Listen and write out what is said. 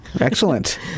Excellent